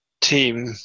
team